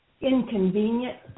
inconvenient